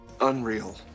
Unreal